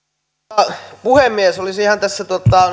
arvoisa puhemies olisin ihan tässä